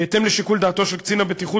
בהתאם לשיקול דעתו של קצין הבטיחות